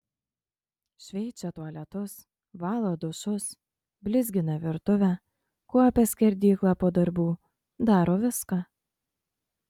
šveičia tualetus valo dušus blizgina virtuvę kuopia skerdyklą po darbų daro viską